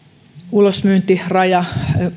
ulosmyyntiraja